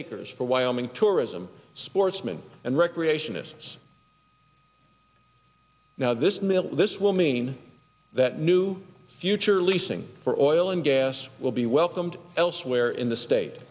acres for wyoming tourism sportsman and recreationists now this mill this will mean that new future leasing for oil and gas will be welcomed elsewhere in the state